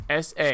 sa